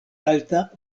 alta